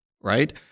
right